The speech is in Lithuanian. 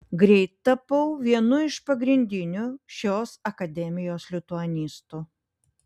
greit tapau vienu iš pagrindinių šios akademijos lituanistų